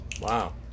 Wow